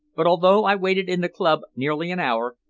but although i waited in the club nearly an hour,